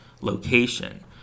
location